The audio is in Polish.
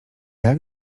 jak